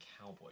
Cowboy